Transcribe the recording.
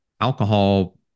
alcohol